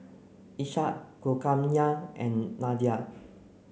Ishak Kulkarnain and Nadia